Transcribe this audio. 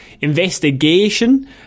Investigation